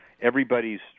everybody's